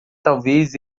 talvez